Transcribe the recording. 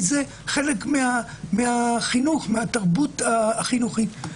כי זה חלק מהחינוך, מהתרבות החינוכית.